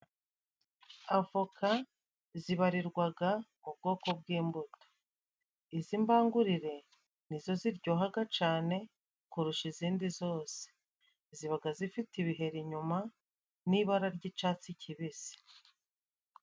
Avoka zibarirwaga mu bwoko bw'imbuto. Iz'imbangurire ni zo ziryohahaga cyane, kurusha izindi zose. Zibaga zifite ibiheri inyuma n'ibara ry'icatsi kibisi.